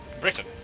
Britain